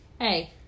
hey